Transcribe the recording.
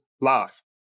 live